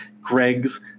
Greg's